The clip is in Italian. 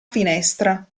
finestra